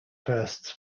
firsts